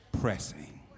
Pressing